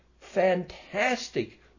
fantastic